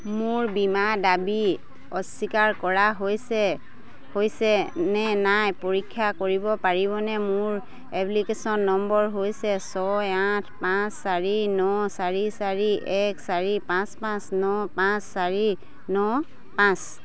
মোৰ বীমা দাবী অস্বীকাৰ কৰা হৈছে হৈছেনে নাই পৰীক্ষা কৰিব পাৰিবনে মোৰ এপ্লিকেশ্যন নম্বৰ হৈছে ছয় আঠ পাঁচ চাৰি ন চাৰি চাৰি এক চাৰি পাঁচ পাঁচ ন পাঁচ চাৰি ন পাঁচ